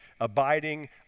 abiding